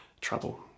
trouble